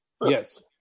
Yes